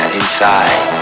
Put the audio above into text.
inside